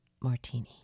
martini